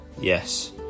Yes